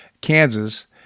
Kansas